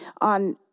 on